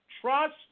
Trust